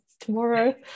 Tomorrow